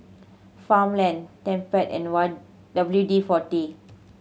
Farmland Tempt and what W D Forty